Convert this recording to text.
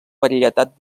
varietat